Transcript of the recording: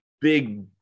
big